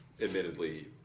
admittedly